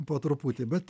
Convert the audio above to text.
po truputį bet